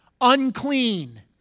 unclean